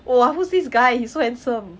oh who's this guy he's so handsome